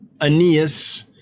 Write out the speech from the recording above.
Aeneas